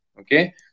Okay